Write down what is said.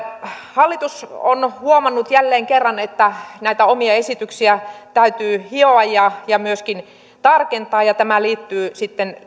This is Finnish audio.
hallitus on huomannut jälleen kerran että näitä omia esityksiä täytyy hioa ja ja myöskin tarkentaa ja tämä liittyy sitten